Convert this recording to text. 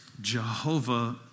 Jehovah